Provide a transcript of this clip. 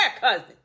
cousin